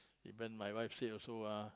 even my wife said also ah